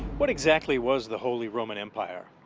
what exactly was the holy roman empire?